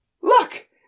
look